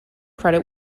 credit